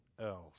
else